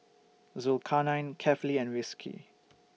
Zulkarnain Kefli and Rizqi